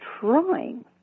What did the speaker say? trying